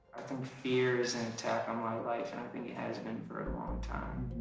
fear is an attack on my life, and i think it has been for a long time.